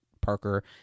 parker